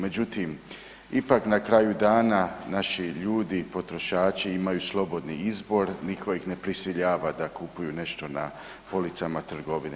Međutim, ipak na kraju dana naši ljudi potrošači imaju slobodni izbor, nitko ih ne prisiljava da kupuju nešto na policama trgovine.